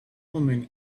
woman